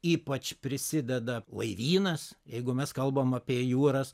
ypač prisideda laivynas jeigu mes kalbam apie jūras